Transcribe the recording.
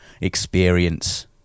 experience